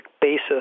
basis